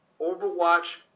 Overwatch